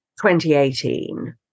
2018